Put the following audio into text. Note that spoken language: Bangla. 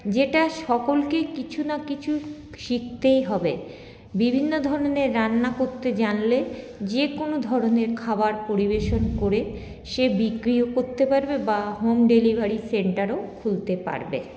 যেটা সকলকে কিছু না কিছু শিখতেই হবে বিভিন্ন ধরনের রান্না করতে জানলে যে কোনো ধরনের খাবার পরিবেশন করে সে বিক্রিও করতে পারবে বা হোম ডেলিভারি সেন্টারও খুলতে পারবে